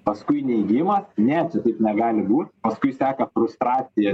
paskui neigimas ne čia taip negali būt paskui seka frustracija